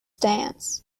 dance